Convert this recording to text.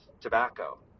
tobacco